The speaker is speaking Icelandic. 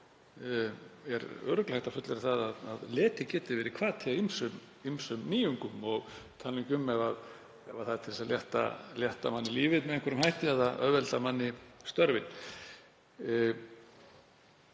þá er örugglega hægt að fullyrða að leti geti verið hvati að ýmsum nýjungum, ég tala nú ekki um ef það er til að létta manni lífið með einhverjum hætti eða auðvelda manni störfin.